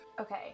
Okay